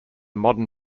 modern